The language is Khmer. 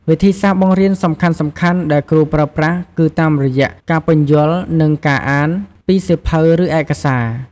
វិធីសាស្ត្របង្រៀនសំខាន់ៗដែលគ្រូប្រើប្រាស់គឺតាមរយៈ ការពន្យល់ និង ការអាន ពីសៀវភៅ ឬឯកសារ។